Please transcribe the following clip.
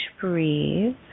breathe